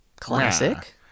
Classic